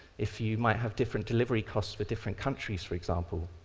if you might have different delivery costs for different countries, for example.